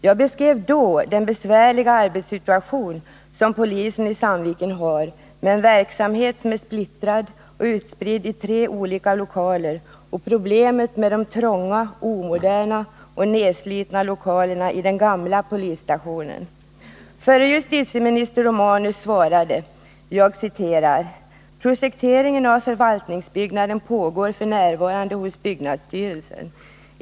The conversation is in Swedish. Jag beskrev då den besvärliga arbetssituation som polisen i Sandviken har med en verksamhet som är splittrad och utspridd i tre olika lokaler och problemet med de trånga, omoderna och nedslitna lokalerna i den gamla polisstationen. Förre justitieministern Romanus svarade: ”Projekteringen av förvaltningsbyggnaden pågår f. n. hos byggnadsstyrelsen.